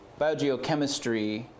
Biogeochemistry